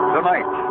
Tonight